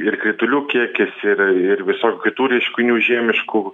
ir kritulių kiekis ir ir visokių kitų reiškinių žiemiškų